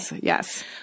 Yes